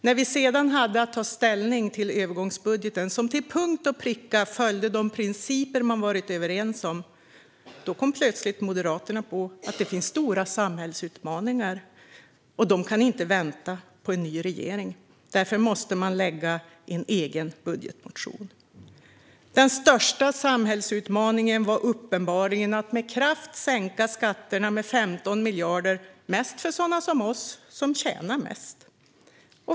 När vi sedan hade att ta ställning till övergångsbudgeten, som till punkt och pricka följde de principer man varit överens om, kom plötsligt Moderaterna på att det finns stora samhällsutmaningar som inte kan vänta på en ny regering och att de därför måste lägga fram en egen budgetmotion. Den största samhällsutmaningen var uppenbarligen att med kraft sänka skatterna med 15 miljarder, mest för sådana som oss som tjänar bra.